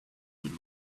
with